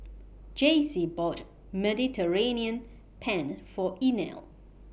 Jacey bought Mediterranean Penne For Inell